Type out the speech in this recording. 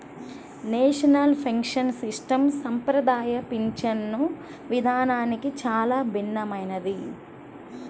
national pension system సంప్రదాయ పింఛను విధానానికి చాలా భిన్నమైనది